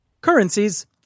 Currencies